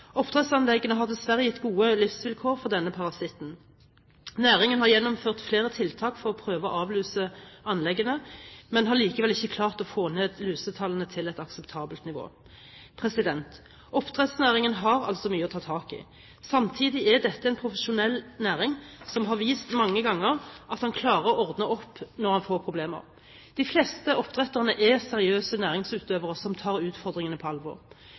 Oppdrettsanleggene har dessverre gitt gode livsvilkår for denne parasitten. Næringen har gjennomført flere tiltak for å prøve å avluse anleggene, men har likevel ikke klart å få lusetallene ned til et akseptabelt nivå. Oppdrettsnæringen har altså mye å ta tak i. Samtidig er dette en profesjonell næring som mange ganger har vist at den klarer å ordne opp når den får problemer. De fleste oppdretterne er seriøse næringsutøvere som tar utfordringene på alvor.